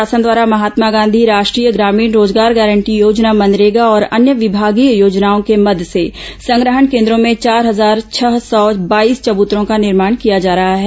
राज्य शासन द्वारा महात्मा गांधी राष्ट्रीय ग्रामीण रोजगार गारंटी योजना मनरेगा और अन्य विभागीय योजनाओं के मद से संग्रहण केन्द्रों में चार हजार छह सौ बाईस चबूतरों का निर्माण किया जा रहा है